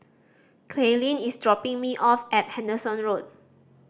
Kaylene is dropping me off at Henderson Road